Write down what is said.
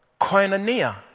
koinonia